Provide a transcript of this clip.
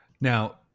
now